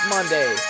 Monday